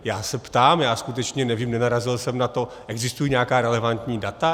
Já se ptám, já skutečně nevím, nenarazil jsem na to existují nějaká relevantní data?